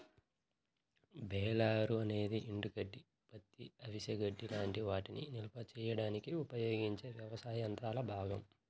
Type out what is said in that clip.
baler అనేది ఎండుగడ్డి, పత్తి, అవిసె గడ్డి లాంటి వాటిని నిల్వ చేయడానికి ఉపయోగించే వ్యవసాయ యంత్రాల భాగం